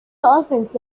dolphins